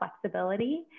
flexibility